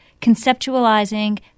conceptualizing